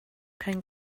kein